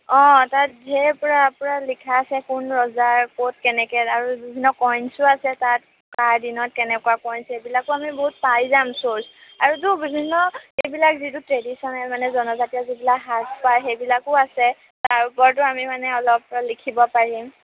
অঁ তাত ঢেৰ পুৰা পুৰা লিখা আছে কোন ৰজাৰ ক'ত কেনেকৈ ৰাজত্ব বিভিন্ন কইঞ্চো আছে তাত কাৰ দিনত কেনেকুৱা কইঞ্চ সেইবিলাকো আমি বহুত পাই যাম চৰ্ছ আৰুতো বিভিন্ন এইবিলাক যিটো ট্ৰেডিচনেল মানে জনজাতীয় যিবিলাক সাজ পাৰ সেইবিলাকো আছে তাৰ ওপৰতো আমি মানে অলপ লিখিব পাৰিম